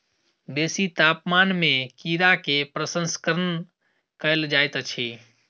बेसी तापमान में कीड़ा के प्रसंस्करण कयल जाइत अछि